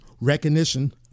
recognition